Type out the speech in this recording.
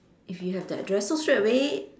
if you have the address so straightaway